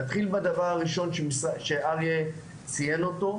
נתחיל בדבר הראשון שאריה ציין אותו,